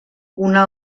una